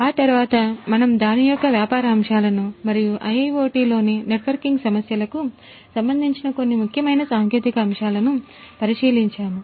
ఆ తరువాత మనం దాని యొక్క వ్యాపార అంశాలను మరియు IIoT లోని నెట్వర్కింగ్ సమస్యలకు సంబంధించిన కొన్ని ముఖ్యమైన సాంకేతిక అంశాలను పరిశీలించాము